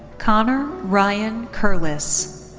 connor ryan curliss.